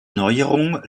neuerung